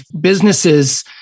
businesses